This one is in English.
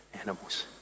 animals